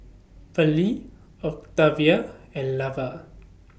Pearley Octavia and Lavar